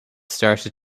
started